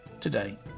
today